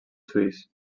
suís